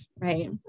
right